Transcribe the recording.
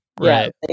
Right